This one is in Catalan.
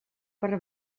per